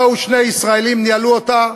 באו שני ישראלים, ניהלו אותה